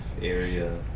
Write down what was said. area